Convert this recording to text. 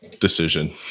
decision